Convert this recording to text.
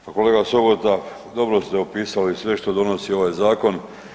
Pa kolega Sobota dobro ste opisali sve što donosi ovaj zakon.